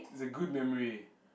it's a good memory